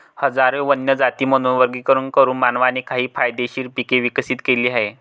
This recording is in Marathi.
हजारो वन्य जातींमधून वर्गीकरण करून मानवाने काही फायदेशीर पिके विकसित केली आहेत